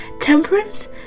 Temperance